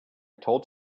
told